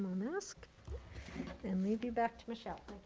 mask and leave you back to michelle.